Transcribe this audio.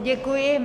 Děkuji.